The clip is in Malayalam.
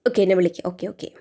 ഓക്കേ എന്നെ വിളിക്കൂ ഓക്കേ ഓക്കേ